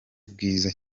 bwiza